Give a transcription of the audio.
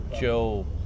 Joe